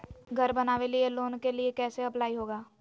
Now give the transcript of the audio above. घर बनावे लिय लोन के लिए कैसे अप्लाई होगा?